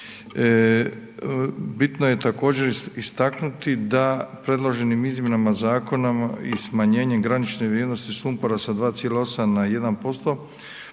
Bitno je također istaknuti da predloženim izmjenama zakona i smanjenjem granične vrijednosti sumpora sa 2,8 na 1%